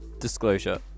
Disclosure